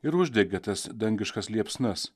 ir uždegė tas dangiškas liepsnas